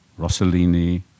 Rossellini